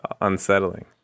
unsettling